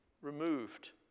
removed